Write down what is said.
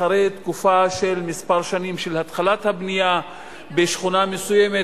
אחרי תקופה של מספר שנים של התחלת הבנייה בשכונה מסוימת,